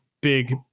big